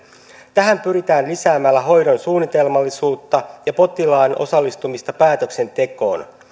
tähän pyritään lisäämällä hoidon suunnitelmallisuutta ja potilaan osallistumista päätöksentekoon